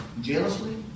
jealously